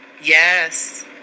Yes